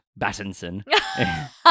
Battinson